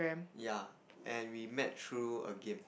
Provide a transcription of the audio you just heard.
ya and we met through a game